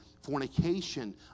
fornication